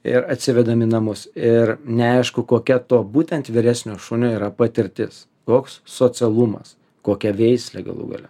ir atsivedam į namus ir neaišku kokia to būtent vyresnio šunio yra patirtis koks socialumas kokia veislė galų gale